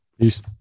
Peace